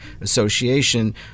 association